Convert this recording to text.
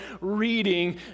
reading